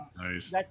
Nice